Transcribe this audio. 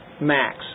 max